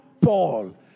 Paul